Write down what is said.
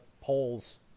polls